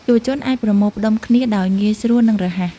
យុវជនអាចប្រមូលផ្ដុំគ្នាដោយងាយស្រួលនិងរហ័ស។